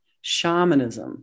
shamanism